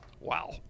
Wow